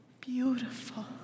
beautiful